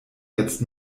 jetzt